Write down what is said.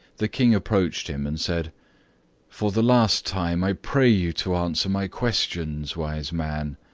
the king approached him, and said for the last time, i pray you to answer my questions, wise man.